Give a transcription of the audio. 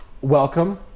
Welcome